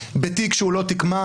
בתיק שהוא לא תיק מס,